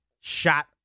shot